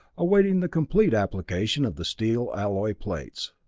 awaiting the complete application of the steel alloy plates.